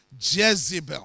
Jezebel